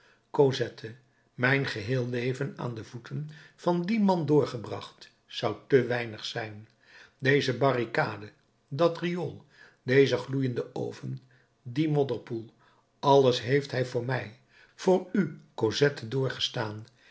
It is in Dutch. cosette mijn geheel leven aan de voeten van dien man doorgebracht zou te weinig zijn deze barricade dat riool dezen gloeienden oven dien modderpoel alles heeft hij voor mij voor u